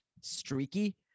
streaky